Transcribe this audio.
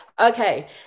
okay